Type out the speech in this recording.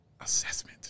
assessment